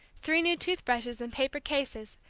three new tooth-brushes in paper cases,